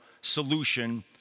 solution